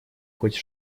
хоть